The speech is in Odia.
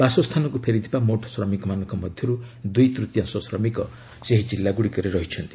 ବାସସ୍ଥାନକୁ ଫେରିଥିବା ମୋଟ୍ ଶ୍ରମିକମାନଙ୍କ ମଧ୍ୟରୁ ଦୁଇତୃତୀୟାଂଶ ଶ୍ରମିକ ସେହି କିଲ୍ଲାଗୁଡ଼ିକରେ ରହିଛନ୍ତି